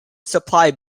supply